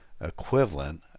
equivalent